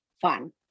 fun